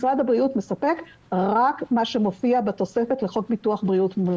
משרד הבריאות מספק רק את מה שמופיע בתוספת לחוק ביטוח בריאות ממלכתי.